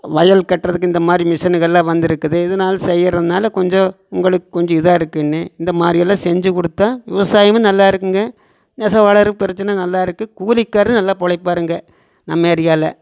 வயல் கட்டுறதுக்கு இந்தமாதிரி மிஷினுக்கள்லாம் வந்துருக்குது இதனால செய்கிறதுனால கொஞ்சம் உங்களுக்குக் கொஞ் இதாக இருக்குதுன்னு இந்தமாதிரியெல்லாம் செஞ்சுக் கொடுத்தா விவசாயமும் நல்லாயிருக்குங்க நெசவாளர் பிரச்சனை நல்லாயிருக்கு கூலிக்காரரு நல்லா பிழைப்பாருங்க நம்ம ஏரியாவில்